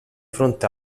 fronte